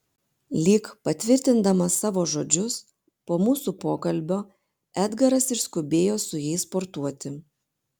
lyg patvirtindamas savo žodžius po mūsų pokalbio edgaras išskubėjo su jais sportuoti